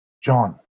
John